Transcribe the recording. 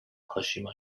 کاشیما